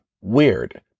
Weird